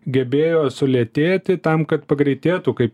gebėjo sulėtėti tam kad pagreitėtų kaip